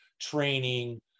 training